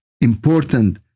important